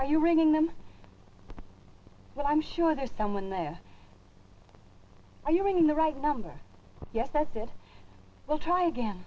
are you ringing them but i'm sure there's someone there are you doing the right number yes that's it well try again